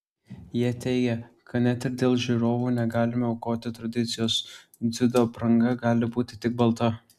jie teigia kad net ir dėl žiūrovų negalima aukoti tradicijos dziudo apranga gali būti tik balta